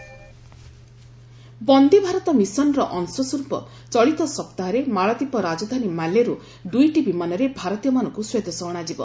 Vande Bharat mission Vande Bharat ମିଶନର ଅଂଶ ସ୍ୱରୂପ ଚଳିତ ସପ୍ତାହରେ ମାଳଦ୍ୱୀପ ରାଜଧାନୀ ମାଲେରୁ ଦୁଇଟି ବିମାନରେ ଭାରତୀୟମାନଙ୍କୁ ସ୍ୱଦେଶ ଅଣାଯିବ